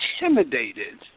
intimidated